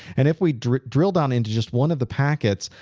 and if we drill drill down into just one of the packets,